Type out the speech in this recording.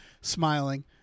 smiling